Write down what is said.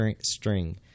string